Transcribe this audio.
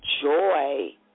joy